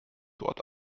dort